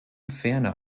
ferner